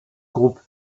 groupe